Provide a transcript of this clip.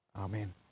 Amen